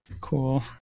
Cool